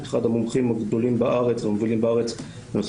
אחד המומחים הגדולים בארץ והמובילים בארץ לנושא